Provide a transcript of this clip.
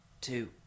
Two